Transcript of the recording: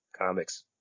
comics